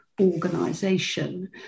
organization